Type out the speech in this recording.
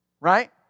Right